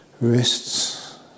wrists